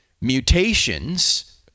mutations